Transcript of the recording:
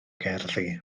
gerddi